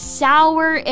sour